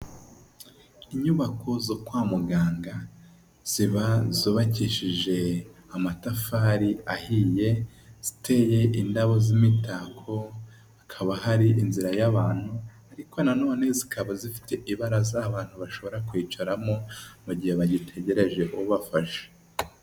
Inyubako zo kwa muganga zubakishije amatafari ahiye ziteye indabo z'imitako hakaba hari inzira y'abantu ariko nanone zikaba zifite ibara z'abantu bashobora kwicaramo mu gihe bagitegereje ubafashe.